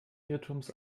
irrtums